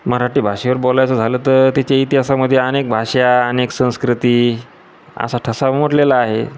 मराठी भाषेवर बोलायचं झालं तर त्याच्या इतिहासामध्ये अनेक भाषा अनेक संस्कृती असा ठसा उमटलेला आहे